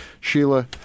Sheila